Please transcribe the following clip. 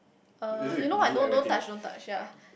uh you know what don't don't touch don't touch ya